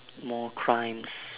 more crimes